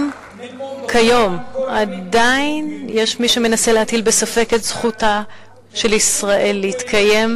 אם כיום עדיין יש מי שמנסה להטיל ספק בדבר זכותה של ישראל להתקיים,